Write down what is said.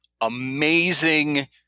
amazing